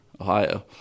Ohio